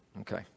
Okay